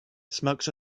smokes